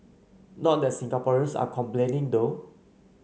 not that Singaporeans are complaining though